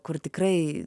o kur tikrai